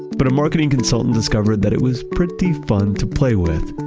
but a marketing consultant discovered that it was pretty fun to play with.